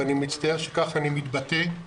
ואני מצטער שכך אני מתבטא,